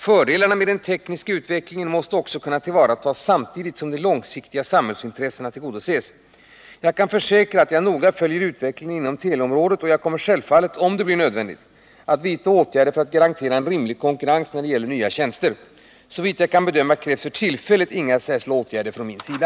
Fördelarna med den tekniska utvecklingen måste också kunna tillvaratas samtidigt som de långsiktiga samhällsintressena tillgodoses. Jag kan försäkra att jag noga följer utvecklingen inom teleområdet, och jag kommer självfallet, om det blir nödvändigt att vidta åtgärder för att garantera en rimlig konkurrens när det gäller nya tjänster. Såvitt jag kan bedöma krävs för tillfället inga särskilda åtgärder från min sida.